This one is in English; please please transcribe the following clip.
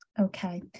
Okay